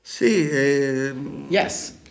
Yes